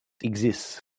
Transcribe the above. exists